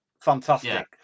fantastic